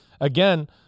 again